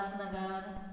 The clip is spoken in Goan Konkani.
उपासनगर